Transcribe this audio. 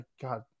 god